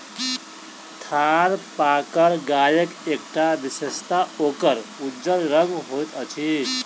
थारपारकर गायक एकटा विशेषता ओकर उज्जर रंग होइत अछि